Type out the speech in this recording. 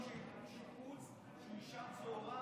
מיליון שיפוץ שהוא יישן צוהריים.